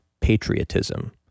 patriotism